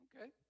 Okay